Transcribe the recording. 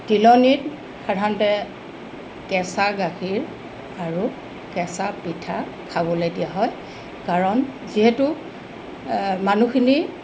তিলনিত সাধাৰণতে কেঁচা গাখীৰ আৰু কেঁচা পিঠা খাবলৈ দিয়া হয় কাৰণ যিহেতু মানুহখিনি